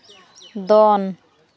ᱫᱚᱱ